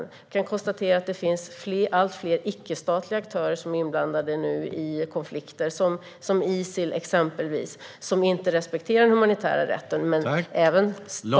Vi kan konstatera att det finns allt fler icke-statliga aktörer som är inblandade i konflikter, exempelvis Isil, som inte respekterar den humanitära rätten, men även stater.